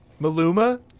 Maluma